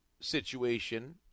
situation